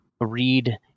read